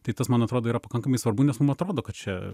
tai tas man atrodo yra pakankamai svarbu nes mum atrodo kad čia